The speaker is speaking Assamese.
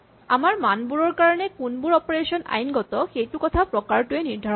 আমাৰ মানবোৰৰ কাৰণে কোনবোৰ অপাৰেচন আইনগত সেইটো কথা প্ৰকাৰটোৱে নিৰ্ধাৰণ কৰে